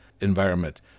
environment